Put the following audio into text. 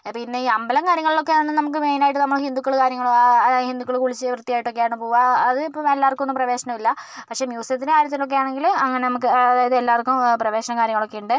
പിന്നെ ഈ അമ്പലം കാര്യങ്ങളിലൊക്കെയാണ് നമുക്ക് മെയ്നായിട്ട് നമ്മള് ഹിന്ദുക്കള് കാര്യങ്ങള് ആ ഹിന്ദുക്കള് കുളിച്ച് വൃത്തിയായിട്ടൊക്കയാണ് പോവുക അതിപ്പോൾ എല്ലാവർക്കുമൊന്നും പ്രവേശനവില്ല പക്ഷെ മ്യൂസിയത്തിൻ്റെ കാര്യത്തിലൊക്കെയാണെങ്കില് അങ്ങനെ നമുക്ക് അതായത് എല്ലാവർക്കും പ്രവേശനം കാര്യങ്ങളൊക്കെയുണ്ട്